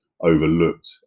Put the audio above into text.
overlooked